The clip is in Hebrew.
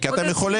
במקום